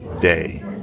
day